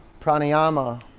pranayama